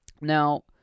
Now